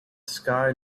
sky